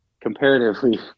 comparatively